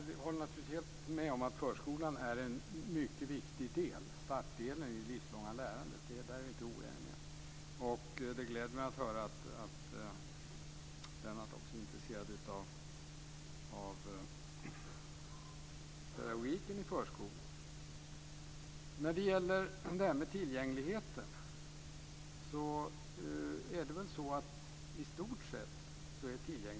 Fru talman! Jag håller helt med om att förskolan är en mycket viktig del. Den utgör starten i det livslånga lärandet. Där är vi inte oeniga. Det gläder mig att höra att Lennart Gustavsson också är intresserad av pedagogiken i förskolan. I stort sett är tillgängligheten till förskolan mycket god.